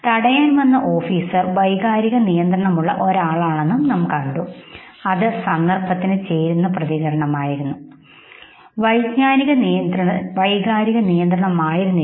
തടയാൻ വന്ന ഓഫീസർ വൈകാരിക നിയന്ത്രണമുള്ള ഒരാളാണെന്നും നാം കണ്ടു അത് സന്ദര്ഭത്തിന് ചേരുന്ന പ്രതികരണമായിരുന്നു എന്നാൽ വൈജ്ഞാനിക വൈകാരിക നിയന്ത്രണമായിരുന്നില്ല